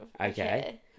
okay